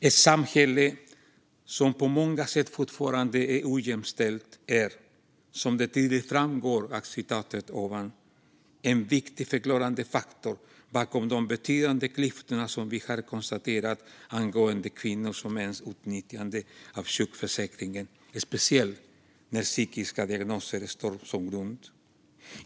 Ett samhälle som på många sätt fortfarande är ojämställt är, vilket tydligt framgår av citatet ovan, en viktig förklarande faktor bakom de betydande klyftor som vi har konstaterat angående kvinnors och mäns utnyttjande av sjukförsäkringen, speciellt med psykiatriska diagnoser som grund.